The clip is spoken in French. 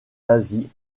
asie